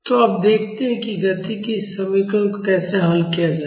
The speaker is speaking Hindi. तो अब देखते हैं कि गति के इस समीकरण को कैसे हल किया जाए